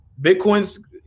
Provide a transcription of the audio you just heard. Bitcoin's